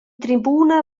tribuna